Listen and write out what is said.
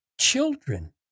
children